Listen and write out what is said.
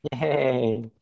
yay